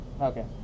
Okay